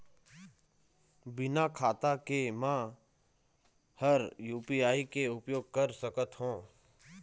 बिना खाता के म हर यू.पी.आई के उपयोग कर सकत हो?